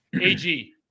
AG